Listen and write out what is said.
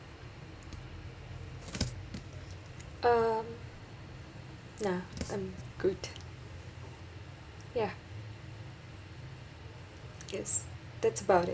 um nah I'm good ya I guess that's about it